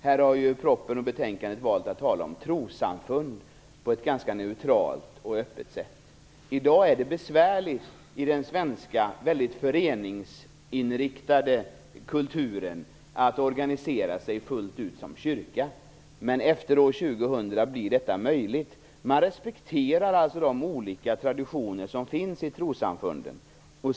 Här har man i propositionen och i betänkandet på ett ganska neutralt och öppet sätt valt att tala om trossamfund. I dag är det besvärligt att i den svenska, väldigt föreningsinriktade kulturen organisera sig fullt ut som kyrka. Men efter år 2000 blir detta möjligt. Man respekterar alltså de olika traditioner som finns i trossamfunden.